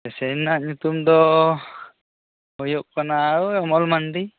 patient ᱟᱜ ᱧᱩᱛᱩᱢ ᱫᱚ ᱦᱩᱭᱩᱜ ᱠᱟᱱᱟ ᱚᱭ ᱚᱢᱚᱞ ᱢᱟᱱᱰᱤ